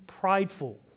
prideful